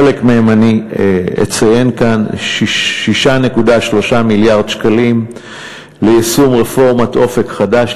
חלק מהן אני אציין כאן: 6.3 מיליארד שקלים ליישום רפורמת "אופק חדש",